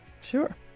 Sure